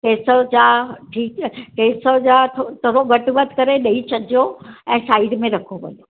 ॾेढ सौ जा ठीकु ॾेढ सौ जा थो थोरो घटि वधि करे ॾेई छॾिजो ऐं साइड में रखो भले